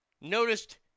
noticed